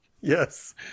Yes